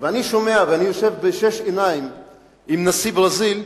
ואני יושב בשש עיניים עם נשיא ברזיל,